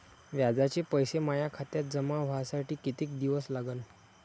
व्याजाचे पैसे माया खात्यात जमा व्हासाठी कितीक दिवस लागन?